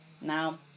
now